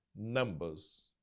Numbers